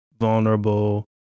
vulnerable